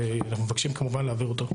ואנחנו מבקשים כמובן להעביר אותו.